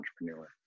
entrepreneur